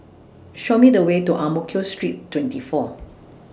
Show Me The Way to Ang Mo Kio Street twenty four